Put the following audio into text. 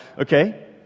okay